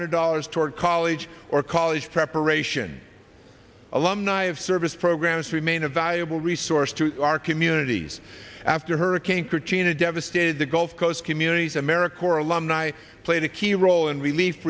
hundred dollars toward college or college preparation alumni have service programs remain a valuable resource to our communities after hurricane katrina devastated the gulf coast communities america corps alumni played a key role in relief